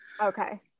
okay